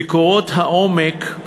ביקורות העומק,